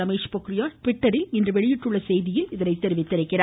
ரமேஷ் பொக்ரியால் ட்விட்டரில் வெளியிட்டுள்ள செய்தியில் இதனை தெரிவித்துள்ளார்